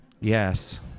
Yes